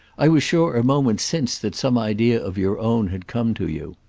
i was sure a moment since that some idea of your own had come to you.